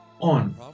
on